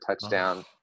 touchdown